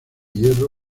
hierro